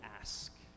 ask